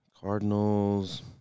Cardinals